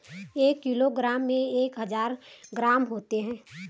एक किलोग्राम में एक हजार ग्राम होते हैं